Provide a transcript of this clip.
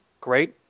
great